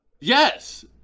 Yes